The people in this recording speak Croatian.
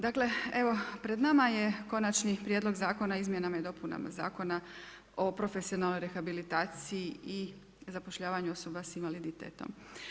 Dakle, evo, pred nama je Konačni prijedlog zakona o izmjenama i dopunama Zakona o profesionalnoj rehabilitaciji i zapošljavanju osoba s invaliditetom.